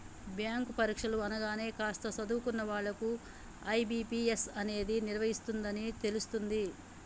bank పరీక్షలు అనగానే కాస్త చదువుకున్న వాళ్ళకు ఐ.బీ.పీ.ఎస్ అనేది నిర్వహిస్తుందని తెలుస్తుంది